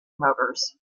motors